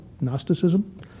Gnosticism